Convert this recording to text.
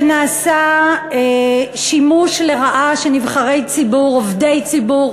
שנעשה שימוש לרעה של עובדי ציבור,